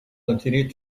continued